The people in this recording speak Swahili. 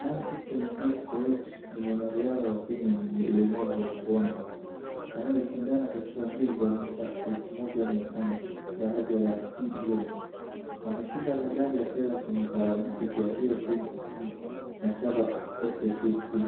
Nancy Chelagat Koech ni mwanariadha wa Kenya mwenye ulemavu wa kuona, anayeshindana katika mbio za mita elfu moja mia tano daraja la T11,ameshinda medali ya fedha kwenye Paralympics ya Rio 2016 na shaba Tokyo 2020.